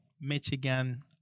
Michigan